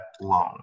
loan